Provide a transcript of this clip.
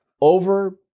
over